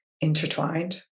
intertwined